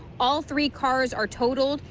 all three cars are totaled.